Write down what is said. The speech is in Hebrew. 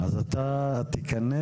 אז אתה תיכנס